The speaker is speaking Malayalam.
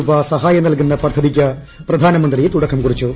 രൂപ സഹായം നൽകുന്ന പദ്ധതിക്ക് പ്രധാനമന്ത്രി തുടക്കം കുറിച്ചു